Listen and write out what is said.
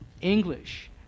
English